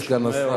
אדוני סגן השר,